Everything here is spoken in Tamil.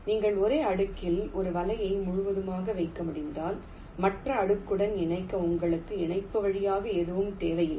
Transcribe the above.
நீங்கள் ஒரே அடுக்கில் ஒரு வலையை முழுவதுமாக வைக்க முடிந்தால் மற்ற அடுக்குடன் இணைக்க உங்களுக்கு இணைப்பு வழியாக எதுவும் தேவையில்லை